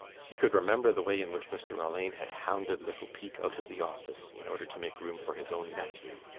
he could remember the way in which mr. alleyne had hounded little peake out of the office in order to make room for his own nephew.